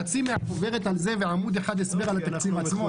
חצי מהחוברת על זה ועמוד אחד הסבר על התקציב עצמו?